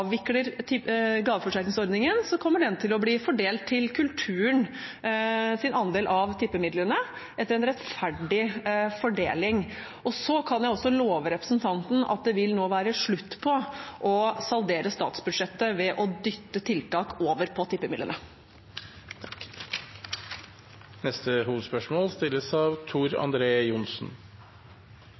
tippemidlene, etter en rettferdig fordeling. Jeg kan også love representanten at det nå vil være slutt på å saldere statsbudsjettet ved å dytte tiltak over på tippemidlene. Vi går til neste hovedspørsmål.